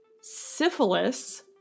syphilis